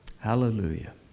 hallelujah